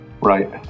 Right